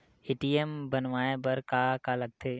ATM बनवाय बर का का लगथे?